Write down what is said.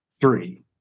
Three